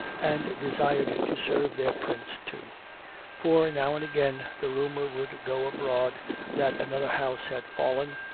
and desired to serve their prince too for, now and again, the rumour would go abroad that another house had fallen,